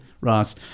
Ross